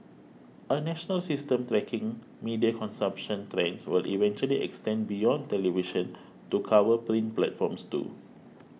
a national system tracking media consumption trends will eventually extend beyond television to cover print platforms too